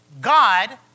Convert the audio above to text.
God